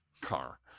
car